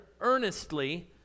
earnestly